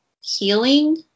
healing